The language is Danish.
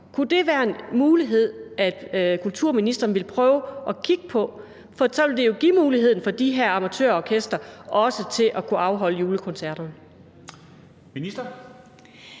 Kunne det være en mulighed, som kulturministeren ville prøve at kigge på, for så ville det jo give de her amatørorkestre mulighed for også at kunne afholde julekoncerter?